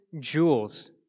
jewels